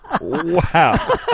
Wow